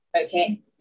Okay